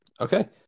Okay